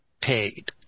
paid